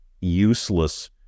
useless